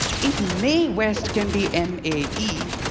if mae west can be m a e,